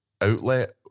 outlet